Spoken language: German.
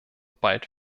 bald